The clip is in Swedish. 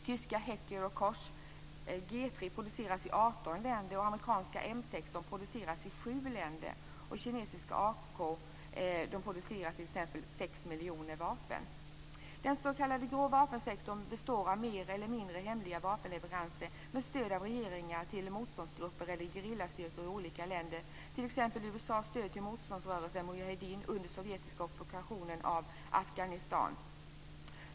Tyska Heckler & Kochs G 3 produceras i 18 länder. Amerikanska M 16 produceras i sju länder. I Kina produceras sex miljoner automatkarbiner. Den s.k. grå vapensektorn består av mer eller mindre hemliga vapenleveranser, med stöd av regeringar, till motståndsgrupper eller gerillastyrkor i olika länder. USA stödde t.ex. motståndsrörelsen Afghanistan.